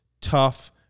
tough